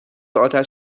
آتش